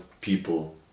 people